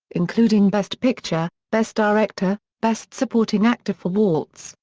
including best picture, best director, best supporting actor for waltz,